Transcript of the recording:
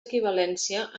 equivalència